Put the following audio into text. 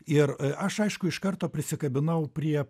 ir aš aišku iš karto prisikabinau prie